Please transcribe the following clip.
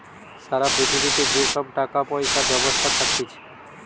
সারা পৃথিবীতে যে সব টাকা পয়সার ব্যবস্থা থাকতিছে